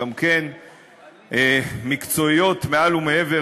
גם כן מקצועיות מעל ומעבר,